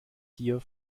gier